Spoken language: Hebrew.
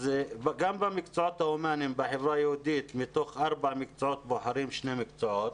במקצועות ההומניים בחברה היהודית בוחרים שני מקצועות